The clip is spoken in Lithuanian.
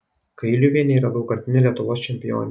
kailiuvienė yra daugkartinė lietuvos čempionė